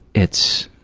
it's